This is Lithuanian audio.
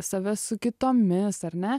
save su kitomis ar ne